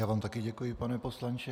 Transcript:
Já vám také děkuji, pane poslanče.